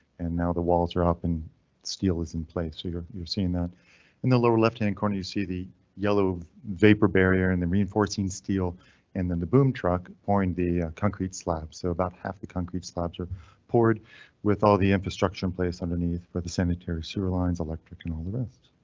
and now the walls are up and steel is in place, so you're you're seeing that in the lower left hand corner you see the yellow vapor barrier and then reinforcing steel and then the boom truck pouring the concrete slab. so about half the concrete slabs are poured with all the infrastructure in place underneath for the sanitary sewer lines, electric and all the rest.